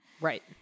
Right